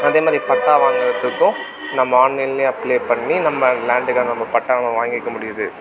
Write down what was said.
அதே மாதிரி பட்டா வாங்கிறத்துக்கும் நம்ம ஆன்லைனிலே அப்ளை பண்ணி நம்ம லேண்டுகாக நம்ம பட்டாவை வாங்கிக்க முடியுது